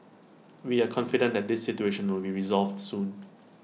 we are confident that this situation will be resolved soon